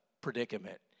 predicament